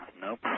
Nope